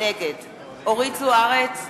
נגד אורית זוארץ,